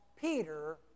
Peter